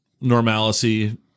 normalcy –